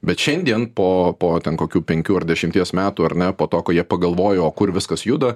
bet šiandien po po kokių penkių ar dešimties metų ar ne po to kai jie pagalvojo kur viskas juda